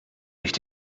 nicht